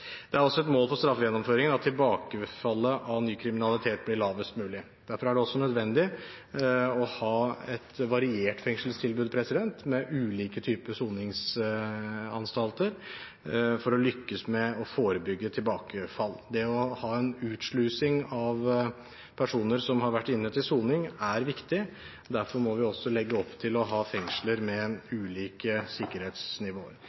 Det er også et mål for straffegjennomføringen at tilbakefallet til ny kriminalitet blir lavest mulig. Derfor er det også nødvendig å ha et variert fengselstilbud med ulike typer soningsanstalter for å lykkes med å forebygge tilbakefall. Det å ha en utslusing av personer som har vært inne til soning, er viktig. Derfor må vi også legge opp til å ha fengsler med ulike sikkerhetsnivåer.